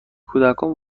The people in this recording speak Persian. کودکان